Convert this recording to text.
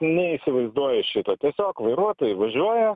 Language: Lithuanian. neįsivaizduoju šito tiesiog vairuotojai važiuoja